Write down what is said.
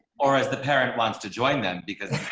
or as the parent wants to join them because